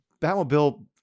batmobile